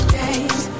days